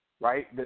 right